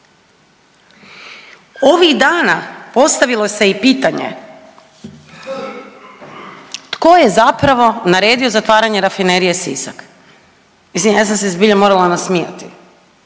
Ovih dana postavilo se i pitanje tko je zapravo naredio zatvaranje rafinerije Sisak. Mislim, ja sam se zbilja morala nasmijati